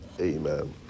Amen